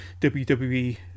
WWE